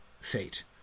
fate